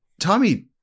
Tommy